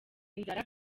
inzara